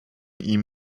ihm